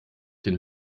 den